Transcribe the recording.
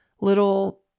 little